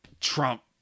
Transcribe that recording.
Trump